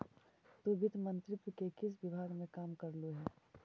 तु वित्त मंत्रित्व के किस विभाग में काम करलु हे?